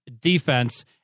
defense